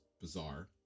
bizarre